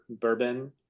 bourbon